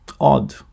odd